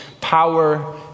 power